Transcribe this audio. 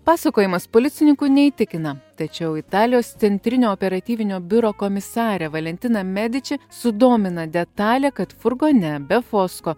pasakojimas policininkų neįtikina tačiau italijos centrinio operatyvinio biuro komisarė valentina mediči sudomina detalė kad furgone be fosko